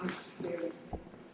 experiences